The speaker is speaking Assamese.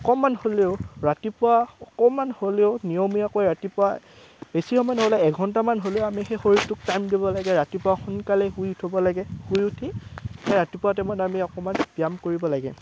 অকণমান হ'লেও ৰাতিপুৱা অকণমান হ'লেও নিয়মীয়াকৈ ৰাতিপুৱা বেছি সময় নহ'লেও এঘণ্টামান হ'লেও আমি সেই শৰীৰটোক টাইম দিব লাগে ৰাতিপুৱা সোনকালে শুই উঠিব লাগে শুই উঠি সেই ৰাতিপুৱা টাইমত আমি অকণমান ব্যায়াম কৰিব লাগে